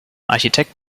architekt